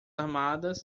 armadas